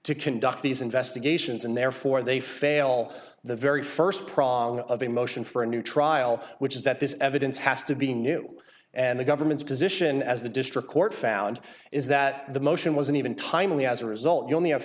to conduct these investigations and therefore they fail the very first prong of a motion for a new trial which is that this evidence has to be new and the government's position as the district court found is that the motion wasn't even timely as a result you only have